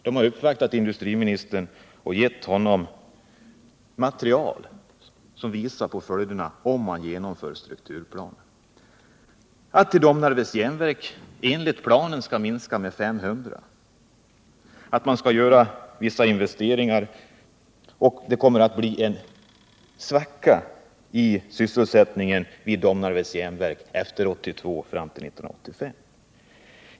Den har uppvaktat industriministern och gett honom material som visar följderna om man 121 genomför strukturplanen: att vid Domnarvets järnverk arbetstillfällena skall minska i antal med 500, att man skall göra vissa investeringar och att det kommer att bli en sysselsättningssvacka vid Domnarvets järnverk efter 1982 fram till 1985.